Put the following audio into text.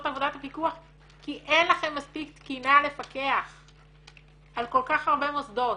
את עבודת הפיקוח כי אין לכם מספיק תקינה לפקח על כל כך הרבה מוסדות.